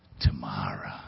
Tomorrow